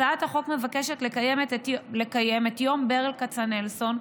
הצעת החוק מבקשת לקיים את יום ברל כצנלסון,